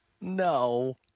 no